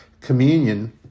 communion